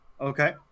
Okay